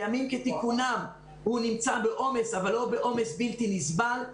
בימים כתיקונם הוא נמצא בעומס אבל לא בעומס בלתי נסבל.